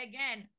Again